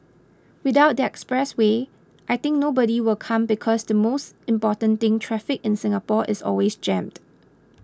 without the expressway I think nobody will come because the most important thing traffic in Singapore is always jammed